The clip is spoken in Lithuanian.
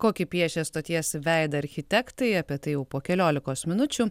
kokį piešia stoties veidą architektai apie tai jau po keliolikos minučių